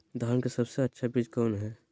धान की सबसे अच्छा बीज कौन है?